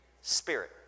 spirit